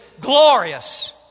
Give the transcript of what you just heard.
glorious